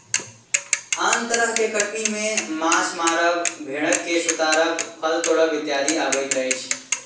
आन तरह के कटनी मे माछ मारब, भेंड़क केश उतारब, फल तोड़ब इत्यादि अबैत अछि